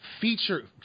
feature